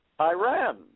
Iran